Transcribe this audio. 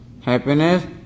happiness